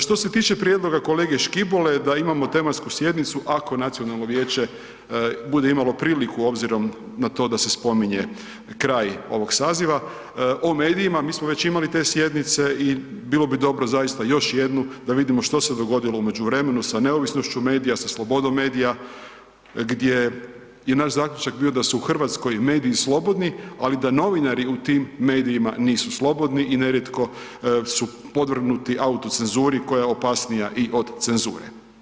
Što se tiče prijedloga kolege Škibole da imamo tematsku sjednicu ako nacionalno vijeće bude imalo priliku obzirom na to da se spominje kraj ovog saziva, o medijima, mi smo već imali te sjednice i bilo bi dobro zaista još jednu da vidimo što se dogodilo u međuvremenu sa neovisnošću medija, sa slobodom medija gdje je naš zaključak bio da su u Hrvatskoj mediji slobodni, ali da novinari u tim medijima nisu slobodni i nerijetko su podvrgnuti autocenzuri koja je opasnija i od cenzure.